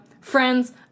friends